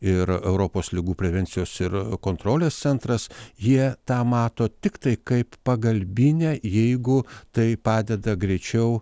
ir europos ligų prevencijos ir kontrolės centras jie tą mato tiktai kaip pagalbinę jeigu tai padeda greičiau